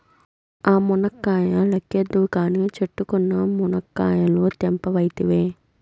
ఆ మునక్కాయ లెక్కేద్దువు కానీ, చెట్టుకున్న మునకాయలు తెంపవైతివే